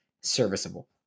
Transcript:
serviceable